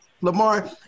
Lamar